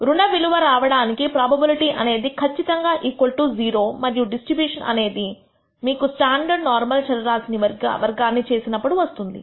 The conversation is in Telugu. రుణ విలువ రావడానికి ప్రోబబిలిటీ అనేది ఖచ్చితంగా 0 మరియు డిస్ట్రిబ్యూషన్ అనేది మీకు స్టాండర్డ్ నార్మల్ చరరాశి ని వర్గాన్ని చేసినప్పుడు వస్తుంది